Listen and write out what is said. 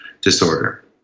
disorder